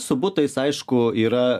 su butais aišku yra